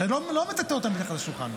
שאני לא מטאטא אותן מתחת לשולחן,